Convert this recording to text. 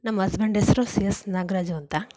ನಮ್ಮ ಅಸ್ಬೆಂಡ್ ಹೆಸರು C S Nagaraju ಅಂತ